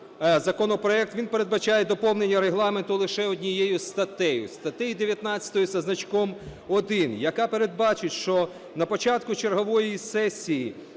законопроект він передбачає доповнення Регламенту лише однією статтею, статтею 19 зі значком 1. Яка передбачить, що на початку чергової сесії,